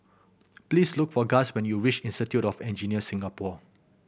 please look for Guss when you reach Institute of Engineers Singapore